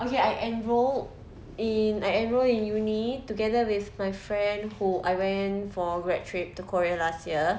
okay I enrolled in I enrol in uni~ together with my friend who I went for grad~ trip to korea last year